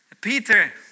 Peter